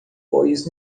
pois